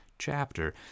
chapter